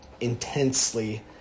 intensely